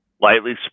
lightly